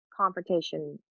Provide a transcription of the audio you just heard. confrontation